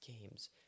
games